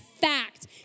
fact